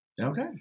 Okay